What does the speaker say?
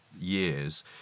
years